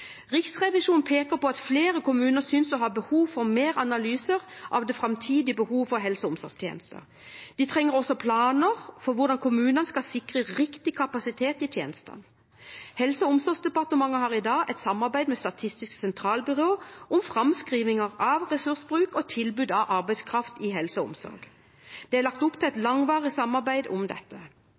Riksrevisjonen peker på at flere kommuner synes å ha behov for mer analyse av det framtidige behovet for helse- og omsorgstjenester. De trenger også planer for hvordan kommunene skal sikre riktig kapasitet i tjenestene. Helse- og omsorgsdepartementet har i dag et samarbeid med Statistisk sentralbyrå om framskrivinger av ressursbruk og tilbud av arbeidskraft innen helse og omsorg. Det er lagt opp til et langvarig samarbeid om dette.